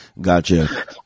Gotcha